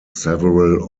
several